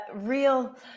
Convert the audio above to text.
real